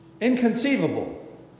Inconceivable